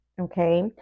Okay